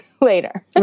later